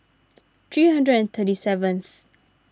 three hundred and thirty seventh